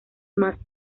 más